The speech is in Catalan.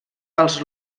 als